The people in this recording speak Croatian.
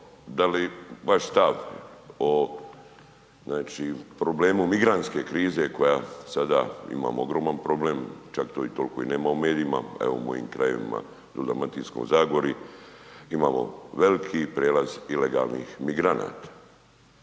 da li vaš stav o problemu migrantske krize koja sada imamo ogroman problem, čak to toliko i nema u medijima, evo u mojim krajevima, u Dalmatinskoj zagori imamo veliki prijelaz ilegalnih migranata.